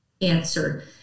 answer